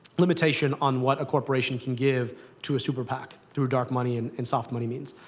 limitation on what a corporation can give to a super pac, through dark money and and soft money means.